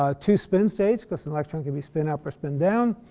ah two spin states because an electron can be spin up or spin down,